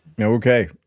Okay